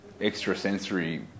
extrasensory